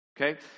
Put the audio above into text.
okay